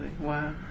Wow